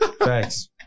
thanks